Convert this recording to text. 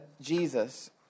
Jesus